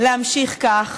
להמשיך כך.